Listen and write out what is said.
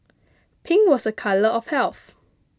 pink was a colour of health